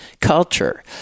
culture